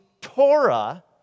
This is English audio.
Torah